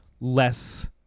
less